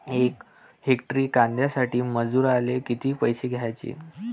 यक हेक्टर कांद्यासाठी मजूराले किती पैसे द्याचे?